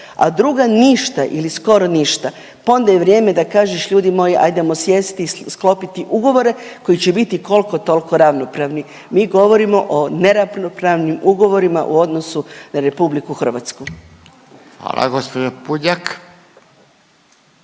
a druga ništa ili skoro ništa, pa onda je vrijeme da kažeš, ljudi moji, ajdemo sjesti i sklopiti ugovore koji će biti koliko-toliko ravnopravni. Mi govorimo o neravnopravnim ugovorima u odnosu na RH. **Radin, Furio